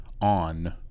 on